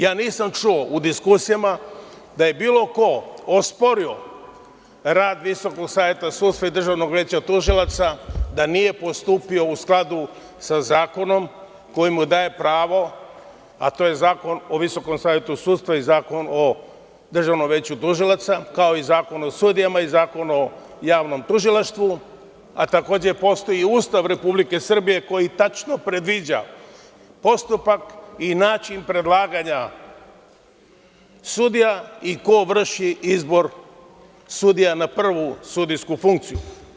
Ja nisam čuo u diskusijama da je bilo ko osporio rad Visokog saveta sudstva i Državnog veća tužilaca da nije postupio u skladu sa zakonom koji mu daje pravo, a to je Zakon o Visokom savetu sudstva i Zakon o Državnom veću tužilaca, kao i Zakon o sudijama i Zakon o javnom tužilaštvu, a takođe, postoji i Ustav Republike Srbije koji tačno predviđa postupak i način predlaganja sudija i ko vrši izbor sudija na prvu sudijsku funkciju.